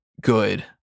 good